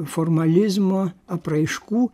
formalizmo apraiškų